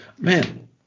Man